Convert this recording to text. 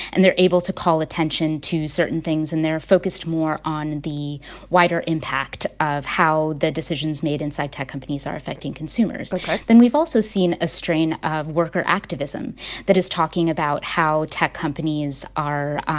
and they're able to call attention to certain things. and they're focused more on the wider impact of how the decisions made inside tech companies are affecting consumers ok then we've also seen a string of worker activism that is talking about how tech companies are,